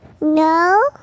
no